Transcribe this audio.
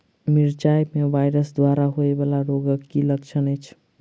मिरचाई मे वायरस द्वारा होइ वला रोगक की लक्षण अछि?